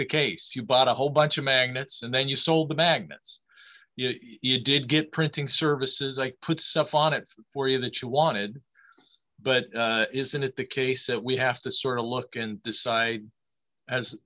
the case you bought a whole bunch of magnets and then you sold the magnets you did get printing services i puts up on it for you that you wanted but isn't it the case that we have to sort of look and decide as